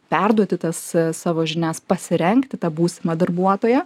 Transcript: perduoti tas savo žinias pasirengti tą būsimą darbuotoją